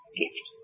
gift